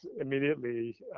immediately